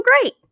great